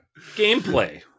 gameplay